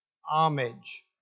homage